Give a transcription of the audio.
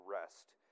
rest